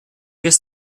guess